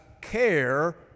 care